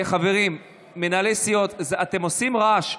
חברים, מנהלי סיעות, אתם עושים רעש.